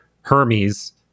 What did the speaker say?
Hermes